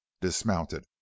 dismounted